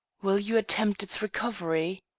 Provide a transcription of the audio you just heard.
will you attempt its recovery?